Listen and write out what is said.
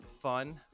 fun